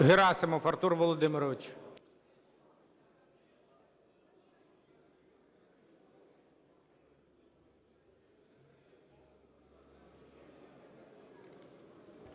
Герасимов Артур Володимирович.